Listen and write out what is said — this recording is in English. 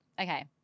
Okay